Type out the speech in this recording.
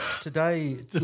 today